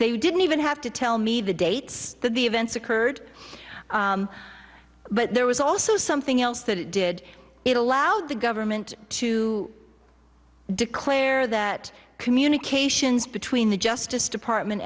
they didn't even have to tell me the dates that the events occurred but there was also something else that it did it allowed the government to declare that communications between the justice department